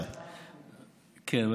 2017. כן.